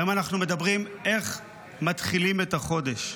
היום אנחנו מדברים על איך מתחילים את החודש,